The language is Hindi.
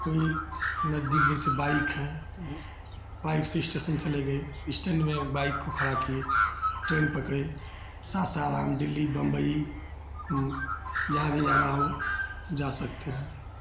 कोई नज़दीक जैसे बाइक़ है वह बाइक़ से एस्टेशन चले गए इसटैण्ड में वह बाइक़ को खड़ा किए ट्रेन पकड़े सासाराम दिल्ली बम्बई जहाँ भी जाना हो जा सकते हैं